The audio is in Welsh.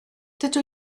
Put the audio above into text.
dydw